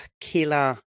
killer